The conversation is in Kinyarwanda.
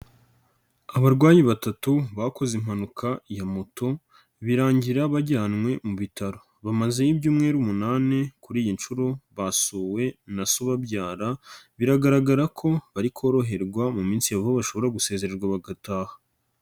Abarwayi batatu bakoze impanuka ya moto birangira bajyanywe mu bitaro, bamazeyo ibyumweru umunani kuri iyi nshuro basuwe na so ubabyara, biragaragara ko bari koroherwa mu minsi ya vuba bashobora gusezererwa bagataha.